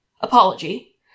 apology